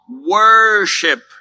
Worship